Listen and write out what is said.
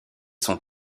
sont